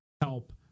help